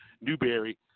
Newberry